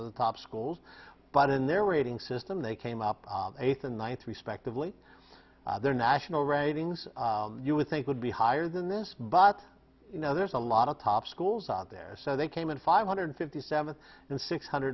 of the top schools but in their rating system they came up eighth and ninth respectively their national ratings you would think would be higher than this but you know there's a lot of top schools out there so they came in five hundred fifty seven and six hundred